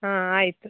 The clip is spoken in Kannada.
ಹಾಂ ಆಯಿತು